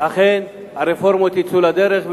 אכן הרפורמות יצאו לדרך,